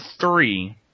three